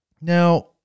Now